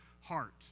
heart